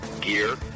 gear